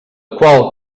qual